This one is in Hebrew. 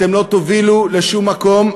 אתם לא תובילו לשום מקום,